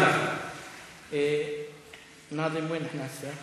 אנחנו עוברים להצעת